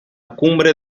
cumbre